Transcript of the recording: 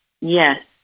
yes